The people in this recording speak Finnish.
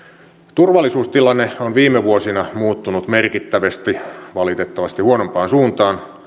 turvallisuustilanne on viime vuosina muuttunut merkittävästi valitettavasti huonompaan suuntaan